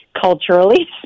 culturally